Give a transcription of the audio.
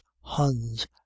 huns